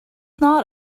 not